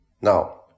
Now